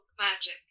magic